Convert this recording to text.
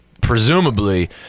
presumably